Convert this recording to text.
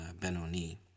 Benoni